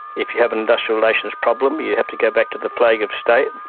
if you have an industrial relations problem, you have to go back to the flag of state,